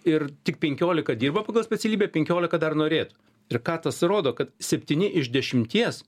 ir tik peniolika dirba pagal specialybę penkiolika dar norėtų ir ką tas rodo kad septyni iš dešimties